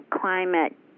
climate